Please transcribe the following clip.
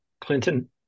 Clinton